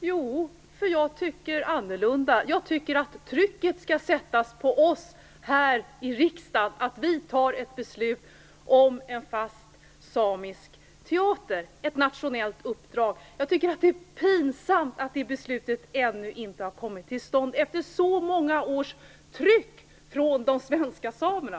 Fru talman! Jo, jag tycker annorlunda. Jag tycker att trycket skall sättas på oss här i riksdagen att fatta ett beslut om en fast samisk teater som ett nationellt uppdrag. Jag tycker att det är pinsamt att ett sådant beslut ännu inte har kommit till stånd, efter så många års tryck från de svenska samerna.